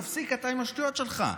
תפסיק, אתה עם השטויות שלך.